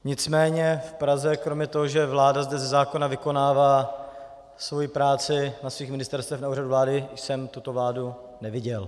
Nicméně v Praze kromě toho, že vláda zde ze zákona vykonává svoji práci na svých ministerstvech, na Úřadu vlády jsem tuto vládu neviděl.